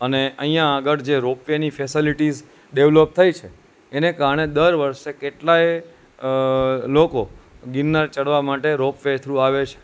અને અહીંયા આગળ જે રોપવેની ફેસિલિટીઝ ડેવલોપ થઈ છે એને કારણે દર વર્ષે કેટલાય લોકો ગિરનાર ચડવા માટે રોપવે થ્રૂ આવે છે